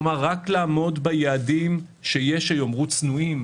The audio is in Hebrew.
כלומר רק לעמוד ביעדים שיש היום, הצנועים,